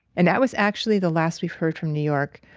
and that was actually the last we've heard from new york.